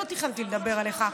לא תכננתי לדבר עליך.